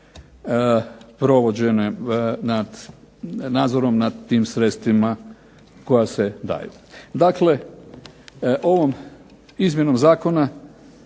provođenjem, nad nadzorom nad tim sredstvima koja se daju. Dakle ovom izmjenom zakona